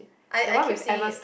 I I keep saying it